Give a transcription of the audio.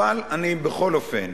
אבל אני בכל אופן